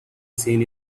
seen